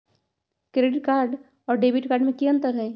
Credit card और debit card में की अंतर हई?